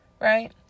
right